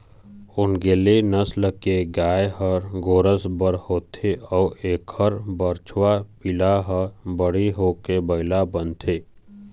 ओन्गेले नसल के गाय ह गोरस बर होथे अउ एखर बछवा पिला ह बड़े होके बइला बनथे